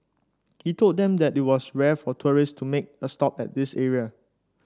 he told them that it was rare for tourist to make a stop at this area